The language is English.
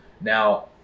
Now